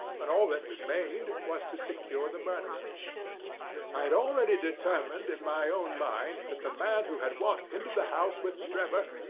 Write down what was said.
and all that remained was to secure the murderer. i had already determined in my own mind that the man who had walked into the house with drebber,